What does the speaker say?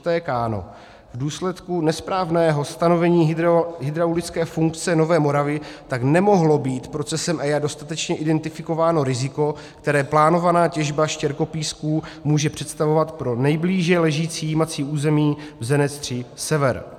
V důsledku nesprávného stanovení hydraulické funkce Nové Moravy tak nemohlo být procesem EIA dostatečně identifikováno riziko, které plánovaná těžba štěrkopísků může představovat pro nejblíže ležící jímací území Bzenec III sever.